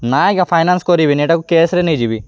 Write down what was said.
ନାଇଁ ଆଜ୍ଞା ଫାଇନାନ୍ସ କରିବିନି ଏଟାକୁ କ୍ୟାସ୍ରେ ନେଇଯିବି